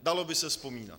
Dalo by se vzpomínat.